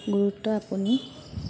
গুৰুত্ব আপুনি